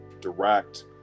direct